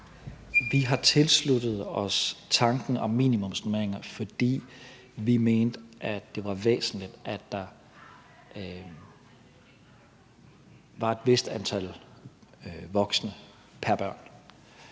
Vi har tilsluttet os tanken om minimumsnormeringer, fordi vi mente, at det var væsentligt, at der var et vist antal voksne pr. barn